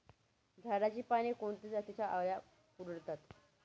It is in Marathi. झाडाची पाने कोणत्या जातीच्या अळ्या कुरडतात?